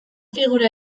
figura